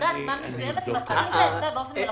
שבנקודת זמן מסוימת מקטין את ההיצע באופן מלאכותי.